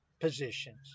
positions